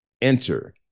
Enter